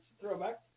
Throwback